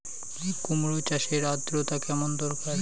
কুমড়ো চাষের আর্দ্রতা কেমন দরকার?